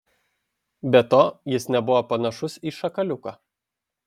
be to jis nebuvo panašus į šakaliuką